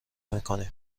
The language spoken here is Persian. میکنیم